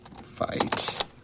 Fight